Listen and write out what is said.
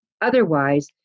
Otherwise